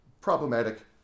problematic